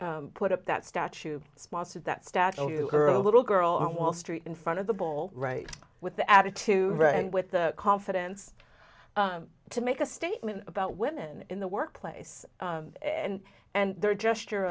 put up that statue sponsored that statue her little girl on wall street in front of the bowl right with the attitude right and with the confidence to make a statement about women in the workplace and and their gesture